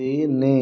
ତିନି